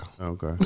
Okay